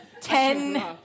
Ten